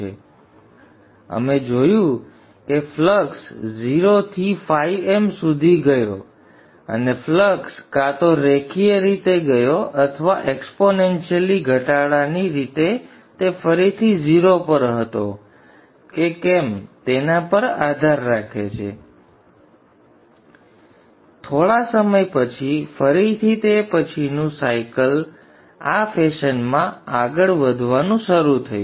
તેથી અમે જોયું કે ફ્લક્સ 0 થી φm સુધી ગયો અને ફ્લક્સ કાં તો રેખીય રીતે ગયો અથવા એક્સપોનેન્શિયલ ઘટાડોની રીતે તે ફરીથી 0 પર હતો કે કેમ તેના પર આધાર રાખે છે અને પછી થોડા સમય પછી ફરીથી તે પછીનું સાયકલ આ ફેશનમાં આગળ વધવાનું શરૂ થયું